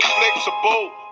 flexible